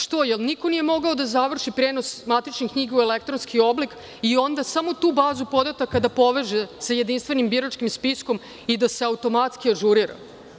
Što, jel niko nije mogao da završi prenos matičnih knjiga u elektronski oblik i onda samo tu bazu podataka da poveže sa jedinstvenim biračkim spiskom i da se automatski ažurira?